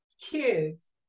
kids